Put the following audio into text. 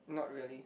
not really